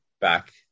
back